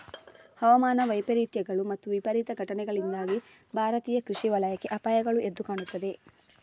ಹವಾಮಾನ ವೈಪರೀತ್ಯಗಳು ಮತ್ತು ವಿಪರೀತ ಘಟನೆಗಳಿಂದಾಗಿ ಭಾರತೀಯ ಕೃಷಿ ವಲಯಕ್ಕೆ ಅಪಾಯಗಳು ಎದ್ದು ಕಾಣುತ್ತವೆ